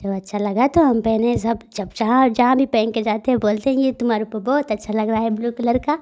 जब अच्छा लगा तो हम पहने जब जब चार चाँद पहन कर जाते हैं बोलते हैं ये तुम्हारे ऊपर बहुत अच्छा लग रहा है ब्लू कलर का